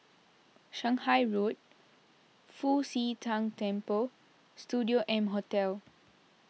Shanghai Road Fu Xi Tang Temple and Studio M Hotel